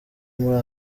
muri